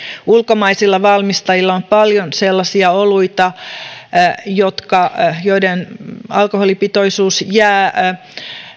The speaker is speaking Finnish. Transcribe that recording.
ulkomaisilla valmistajilla on paljon sellaisia oluita joiden alkoholipitoisuus jää